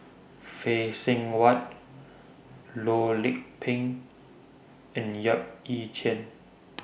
Phay Seng Whatt Loh Lik Peng and Yap Ee Chian